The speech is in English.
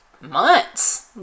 months